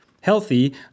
healthy